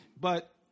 But-